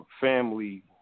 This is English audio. family